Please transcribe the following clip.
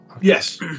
Yes